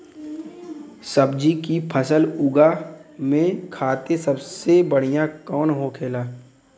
सब्जी की फसल उगा में खाते सबसे बढ़ियां कौन होखेला?